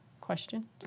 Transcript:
Question